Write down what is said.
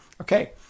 Okay